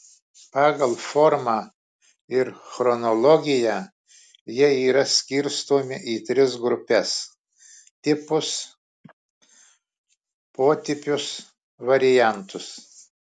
pagal formą ir chronologiją jie yra skirstomi į tris grupes tipus potipius variantus